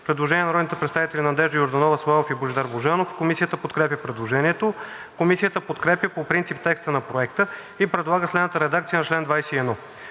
Предложение на народните представители Надежда Йорданова, Атанас Славов и Божидар Божанов. Комисията подкрепя предложението. Комисията подкрепя по принцип текста на Проекта и предлага следната редакция на чл. 21: